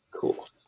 Cool